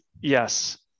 yes